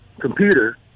computer